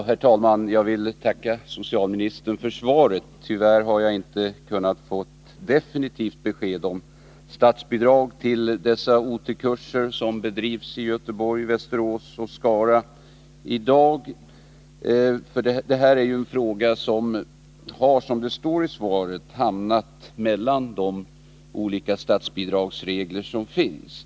Herr talman! Jag vill tacka socialministern för svaret. Tyvärr I har jag inte fått definitivt besked om statsbidrag till de OT-kurser som i dag bedrivs i Göteborg, Västerås och Skara. Som socialministern säger i svaret är det här en fråga som hamnat mellan de olika statsbidragsregler som finns.